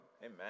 Amen